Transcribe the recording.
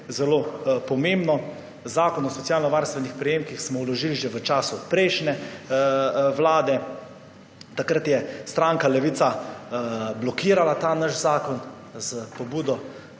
zelo pomembno. Zakon o socialno varstvenih prejemkih smo vložili že v času prejšnje vlade. Takrat je stranka Levica blokirala ta naš zakon z